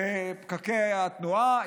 בפקקי התנועה,